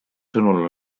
sõnul